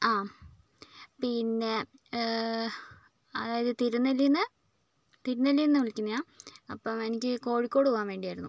ആ പിന്നെ അതായത് തിരുനെല്ലിയിൽ നിന്ന് തിരുനെല്ലിയിൽ നിന്ന് വിളിക്കുന്നതാണ് അപ്പോൾ എനിക്ക് കോഴിക്കോട് പോകാൻ വേണ്ടിയായിരുന്നു